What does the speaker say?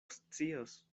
scios